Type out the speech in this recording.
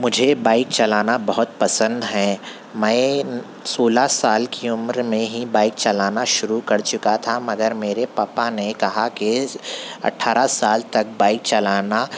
مجھے بائیک چلانا بہت پسند ہے میں سولہ سال کی عمر میں ہی بائیک چلانا شروع کر چکا تھا مگر میرے پپا نے کہا کہ اٹھارہ سال تک بائیک چلانا